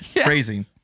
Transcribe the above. Crazy